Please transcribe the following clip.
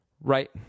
Right